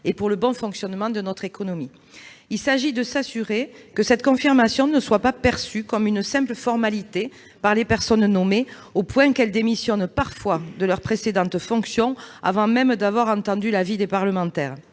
et pour le bon fonctionnement de notre économie. Il s'agit de garantir que cette confirmation ne soit pas perçue comme une simple formalité par les personnes nommées, au point que certaines démissionnent parfois de leurs précédentes fonctions avant même d'avoir entendu l'avis des parlementaires